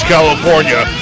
California